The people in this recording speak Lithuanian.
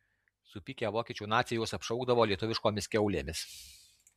supykę vokiečių naciai juos apšaukdavo lietuviškomis kiaulėmis